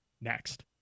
next